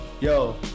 Yo